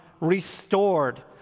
restored